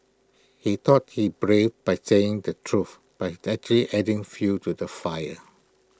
he thought he brave by saying the truth but that she adding fuel to the fire